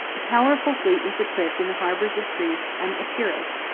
a powerful fleet was equipped in the harbors of greece and epirus,